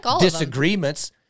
disagreements